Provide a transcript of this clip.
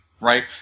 right